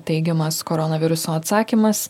teigiamas koronaviruso atsakymas